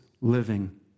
living